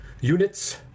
units